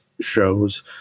shows